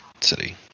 city